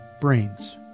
brains